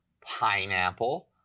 pineapple